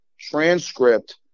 transcript